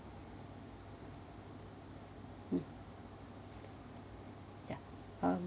mm ya uh